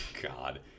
God